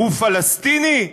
הוא פלסטיני?